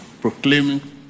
proclaiming